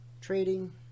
trading